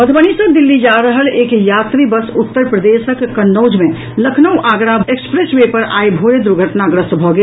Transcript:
मधुबनी सँ दिल्ली जा रहल एक यात्री बस उत्तर प्रदेशक कन्नौज मे लखनऊ आगरा एक्सप्रेस वे पर आइ भोरे दुर्घटनाग्रस्त भऽ गेल